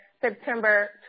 September